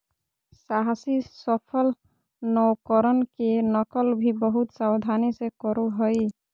साहसी सफल नवकरण के नकल भी बहुत सावधानी से करो हइ